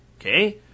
Okay